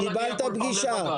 לא נגיע כל פעם לבג"ץ.